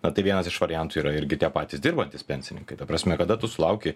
na tai vienas iš variantų yra irgi tie patys dirbantys pensininkai ta prasme kada tu sulauki